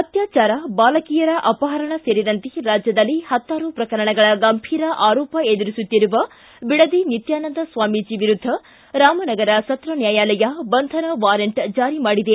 ಅತ್ಯಾಚಾರ ಬಾಲಕಿಯರ ಅಪಹರಣ ಸೇರಿದಂತೆ ರಾಜ್ಯದಲ್ಲಿ ಹತ್ತಾರು ಪ್ರಕರಣಗಳ ಗಂಭೀರ ಆರೋಪ ಎದುರಿಸುತ್ತಿರುವ ಬಿಡದಿ ನಿತ್ಕಾನಂದ ಸ್ವಾಮೀಜಿ ವಿರುದ್ಧ ರಾಮನಗರ ಸತ್ರ ನ್ಯಾಯಾಲಯ ಬಂಧನ ವಾರೆಂಟ್ ಜಾರಿ ಮಾಡಿದೆ